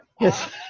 Yes